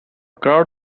crowd